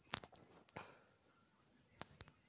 वित्त योजना विकास के आकलन के जटिल बनबो हइ